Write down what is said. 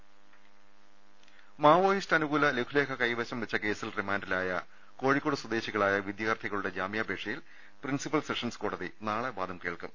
മാർ ് മ മാവോയിസ്റ് അനുകൂല ലഘുലേഖ കൈവശം വെച്ച കേസിൽ റിമാൻഡിലായ കോഴിക്കോട് സ്വദേശികളായ വിദ്യാർഥികളുടെ ജാമ്യാപേക്ഷയിൽ പ്രിൻസിപ്പൽ സെഷൻസ് കോടതി നാളെ വാദം കേൾക്കും